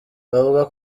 bavuga